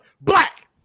black